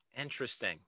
interesting